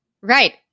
right